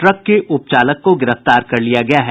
truck के उप चालक को गिरफ्तार कर लिया गया है